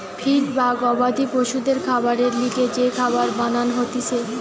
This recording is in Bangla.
ফিড বা গবাদি পশুদের খাবারের লিগে যে খাবার বানান হতিছে